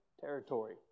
territory